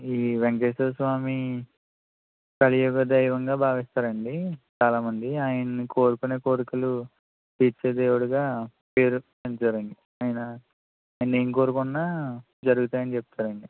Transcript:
ఈ వేంకటేశ్వరస్వామి కలియుగ దైవంగా భావిస్తారండి చాలా మంది ఆయన్ని కోరుకునే కోరికలు తీర్చే దేవుడిగా పేరుగాంచారండి ఆయన ఆయన్ని ఏం కోరుకున్నా జరుగుతాయని చెప్తారండి